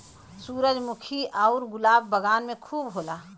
सूरजमुखी आउर गुलाब बगान में खूब होला